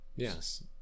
Yes